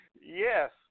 Yes